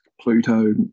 Pluto